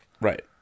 right